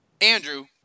Andrew